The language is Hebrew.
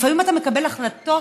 לפעמים אתה מקבל החלטות